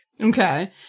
Okay